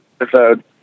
episode